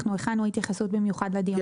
הכנו התייחסות במיוחד לדיון הזה.